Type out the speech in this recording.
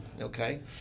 okay